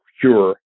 cure